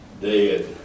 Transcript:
dead